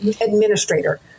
administrator